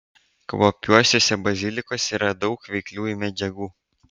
kvapiuosiuose bazilikuose yra daug veikliųjų medžiagų